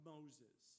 Moses